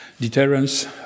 deterrence